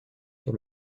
sur